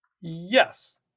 Yes